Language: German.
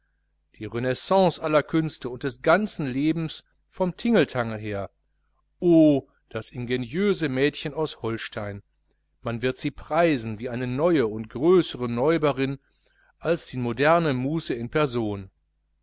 die renaissance aller künste und des ganzen lebens vom tingeltangel her oh das ingeniöse mädchen aus holstein man wird sie preisen wie eine neue und größere neuberin als die moderne muse in person